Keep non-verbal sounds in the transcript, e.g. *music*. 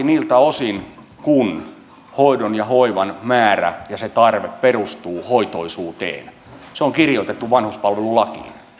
*unintelligible* niiltä osin kuin hoidon ja hoivan määrä ja tarve perustuvat hoitoisuuteen ne on kirjoitettu vanhuspalvelulakiin